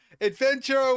Adventure